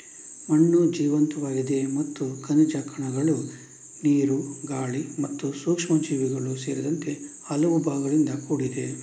ಮಣ್ಣು ಜೀವಂತವಾಗಿದೆ ಮತ್ತು ಖನಿಜ ಕಣಗಳು, ನೀರು, ಗಾಳಿ ಮತ್ತು ಸೂಕ್ಷ್ಮಜೀವಿಗಳು ಸೇರಿದಂತೆ ಹಲವು ಭಾಗಗಳಿಂದ ಕೂಡಿದೆ